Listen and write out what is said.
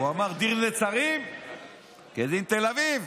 הוא אמר: דין נצרים כדין תל אביב.